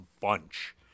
bunch